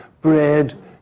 bread